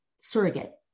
surrogate